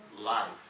Life